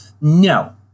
No